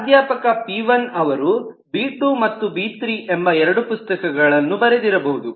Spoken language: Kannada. ಪ್ರಾಧ್ಯಾಪಕ ಪಿ1 ಅವರು ಬಿ2 ಮತ್ತು ಬಿ3 ಎಂಬ ಎರಡು ಪುಸ್ತಕಗಳನ್ನು ಬರೆದಿರಬಹುದು